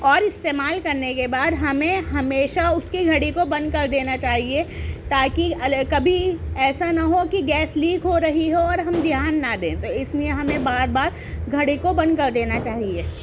اور استعمال کرنے کے بعد ہمیں ہمیشہ اس کی گھڑی کو بند کردینا چاہیے تاکہ کبھی ایسا نہ ہو کہ گیس لیک ہو رہی ہو اور ہم دھیان نہ دیں تو اس لیے ہمیں بار بار گھڑی کو بند کر دینا چاہیے